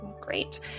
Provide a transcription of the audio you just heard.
Great